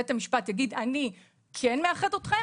בית המשפט מחליט לאחד אותן.